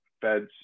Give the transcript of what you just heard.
feds